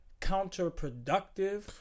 counterproductive